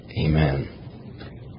amen